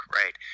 right